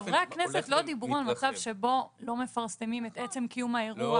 חברי הכנסת לא דיברו על מצב שבו לא מפרסמים את עצם קיום האירוע,